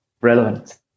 relevant